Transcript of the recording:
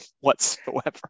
whatsoever